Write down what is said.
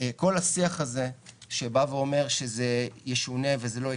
כל השיח הזה שבא ואומר שזה ישונה וזה לא יקרה,